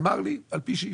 אמר לי על פי שאיפות.